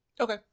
Okay